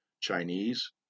Chinese